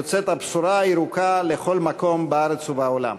יוצאת הבשורה הירוקה לכל מקום בארץ ובעולם.